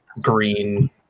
green